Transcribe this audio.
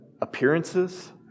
appearances